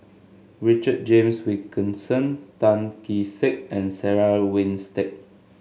Richard James Wilkinson Tan Kee Sek and Sarah Winstedt